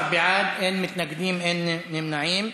13 בעד, אין מתנגדים ואין נמנעים.